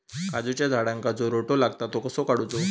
काजूच्या झाडांका जो रोटो लागता तो कसो काडुचो?